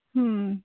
ᱦᱩᱸ ᱻ